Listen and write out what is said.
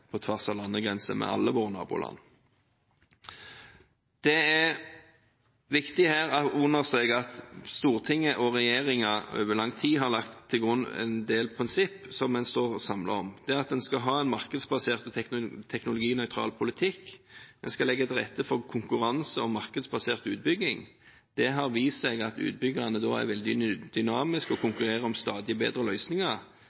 på tvers av landegrenser med alle våre naboland. Det er viktig å understreke at Stortinget og regjeringen over lang tid har lagt til grunn en del prinsipper som en står samlet om. Det er at en skal ha en markedsbasert og teknologinøytral politikk. En skal legge til rette for konkurranse og markedsbasert utbygging. Det har vist seg at utbyggerne da er veldig dynamiske og